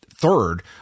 Third